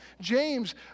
James